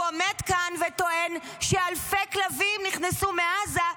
הוא עומד כאן וטוען שאלפי כלבים נכנסו מעזה,